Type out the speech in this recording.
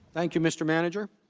thank you mr. manager